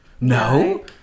No